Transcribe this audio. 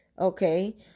okay